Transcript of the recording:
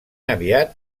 aviat